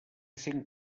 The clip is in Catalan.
cinc